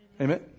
Amen